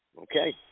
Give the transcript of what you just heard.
Okay